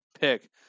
pick